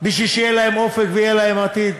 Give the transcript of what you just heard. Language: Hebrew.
בשביל שיהיה להם אופק ויהיה להם עתיד?